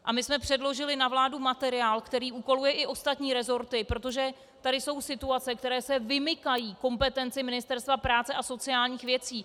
A my jsme předložili na vládu materiál, který úkoluje i ostatní resorty, protože tady jsou situace, které se vymykají kompetenci Ministerstva práce a sociálních věcí.